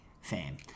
fame